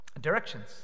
directions